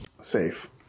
safe